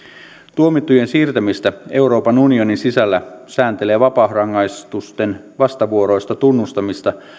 tuomittujen siirtämistä euroopan unionin sisällä sääntelee vapausrangaistuksen vastavuoroista tunnustamista